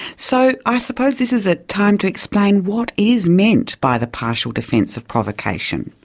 so i suppose this is a time to explain what is meant by the partial defence of provocation.